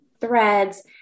threads